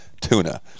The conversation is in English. tuna